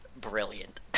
brilliant